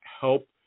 help